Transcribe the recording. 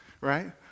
right